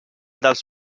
dels